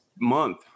month